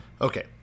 okay